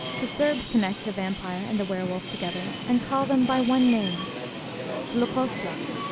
the serbs connect the vampire and the were wolf together, and call them by one name vlkoslak.